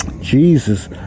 Jesus